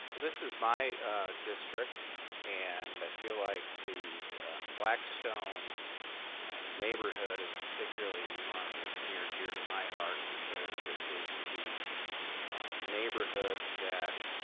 this is my district and i feel like the blackstone neighborhood is particularly one that's near and dear to my heart, because it was the neighborhood that